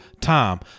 time